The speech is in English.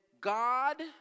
God